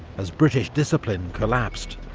as british discipline collapsed,